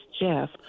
Jeff